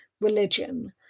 religion